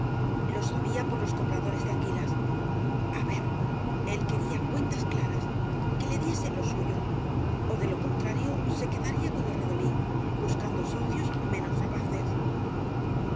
lo sabía por los compradores de aüguiiai a ver el quería cuentas claras que le dieeea lo suyo ó de lo contrario se quedaría con el redolí buscando socios menos rapaces